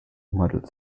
model